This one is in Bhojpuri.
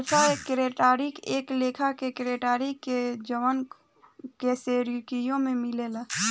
अल्फा केराटिन एक लेखा के केराटिन ह जवन कशेरुकियों में मिलेला